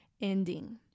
ending